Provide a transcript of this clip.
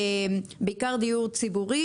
בעיקר דיור ציבורי,